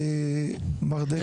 מר דקל.